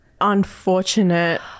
unfortunate